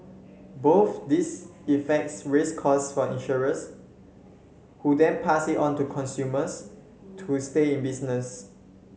both these effects raise costs for insurers who then pass it on to consumers to stay in business